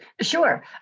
Sure